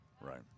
Right